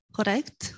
Correct